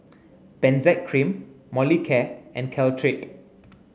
Benzac Cream Molicare and Caltrate